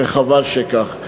וחבל שכך.